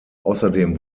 außerdem